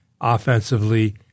offensively